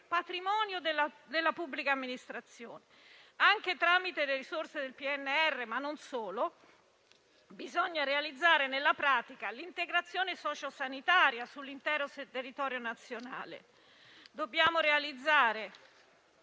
patrimonio della pubblica amministrazione. Anche tramite le risorse del PNRR - e non solo - bisogna realizzare nella pratica l'integrazione socio-sanitaria sull'intero territorio nazionale. Dobbiamo rafforzare